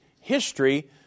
history